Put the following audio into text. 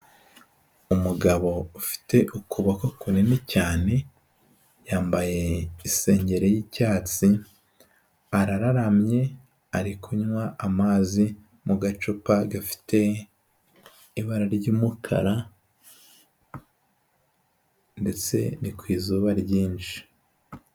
Umugabo ufite ukuboko kunini cyane, yambaye isengeri y'icyatsi, arararamye, ari kunywa amazi mu gacupa, gafite ibara ry'umukara ndetse ni ku izuba ryinshi.